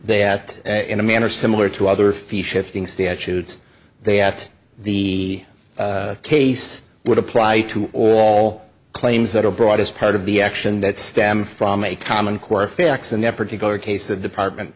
that in a manner similar to other fee shifting statutes they at the case would apply to all claims that are brought as part of the action that stem from a common core effects in that particular case the department